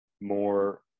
more